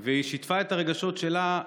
והיא שיתפה את הרגשות שלה.